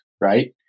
right